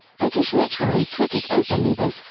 british literary critic f. r. leavis,